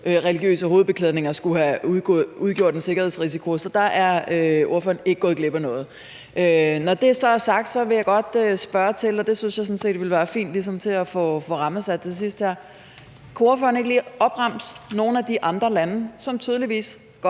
religiøse hovedbeklædninger skulle have udgjort en sikkerhedsrisiko. Så der er ordføreren ikke gået glip af noget. Når det så er sagt, vil jeg godt spørge til noget, som jeg synes det ville være fint ligesom at få rammesat her til sidst, nemlig om ordføreren ikke lige kunne opremse nogle af de andre lande, som tydeligvis godt